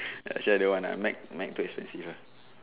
actually I don't want lah Mac Mac too expensive lah